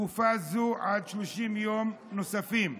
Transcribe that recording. תקופה זו עד 30 יום נוספים.